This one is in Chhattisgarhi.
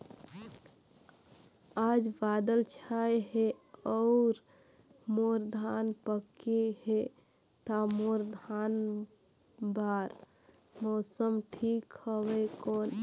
आज बादल छाय हे अउर मोर धान पके हे ता मोर धान बार मौसम ठीक हवय कौन?